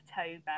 october